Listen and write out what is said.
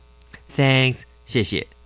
Thanks,谢谢